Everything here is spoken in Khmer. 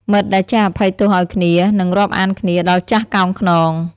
មិត្តដែលចេះអភ័យទោសឱ្យគ្នា នឹងរាប់អានគ្នាដល់ចាស់កោងខ្នង។